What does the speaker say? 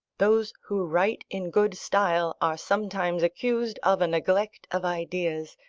those who write in good style are sometimes accused of a neglect of ideas,